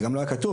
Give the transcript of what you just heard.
זה לא היה כתוב.